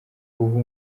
ubu